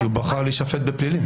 כי הוא בחר להישפט בפלילי.